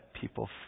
people